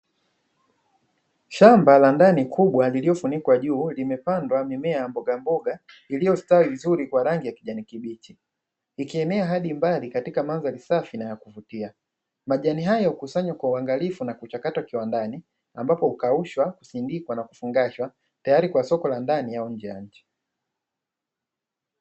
Shamba la ndani kubwa lililofunikwa juu limepandwa mimea ya mbogamboga iliyostawi vizuri kwa rangi ya kijani kibichi. Ikienea hadi mbali katika mandhari safi na yakuvutia. Majani hayo hukusanywa kwa uangalifu na kuchakatwa kiwandani ambapo hukaushwa na kusindikwa tayari kwa soko la ndani au nje ya nchi.